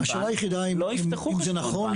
הם לא יפתחו